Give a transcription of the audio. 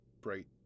bright